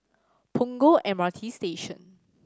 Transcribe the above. Punggol M R T Station